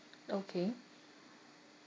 okay